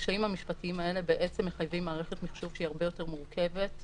הקשיים המשפטיים האלה מחייבים מערכת מחשוב שהיא הרבה יותר מורכבת,